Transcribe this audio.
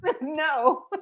No